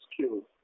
skills